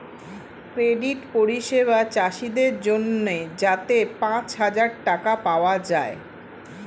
credit পরিষেবা চাষীদের জন্যে যাতে পাঁচ হাজার টাকা পাওয়া যায়